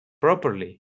properly